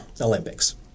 Olympics